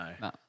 No